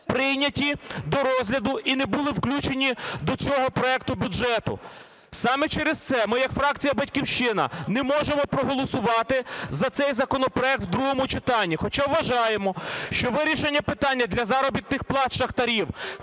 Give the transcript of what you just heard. прийняті до розгляду і не були включені до цього проекту бюджету. Саме через це ми як фракція "Батьківщина" не можемо проголосувати за цей законопроект в другому читанні, хоча вважаємо, що вирішення питання для заробітних плат шахтарів